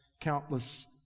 countless